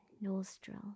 nostril